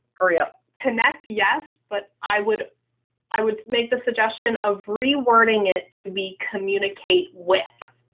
hurry up. connect, yes. but i would i would make the suggestion of rewording it to be communicate with.